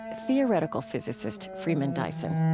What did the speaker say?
ah theoretical physicist freeman dyson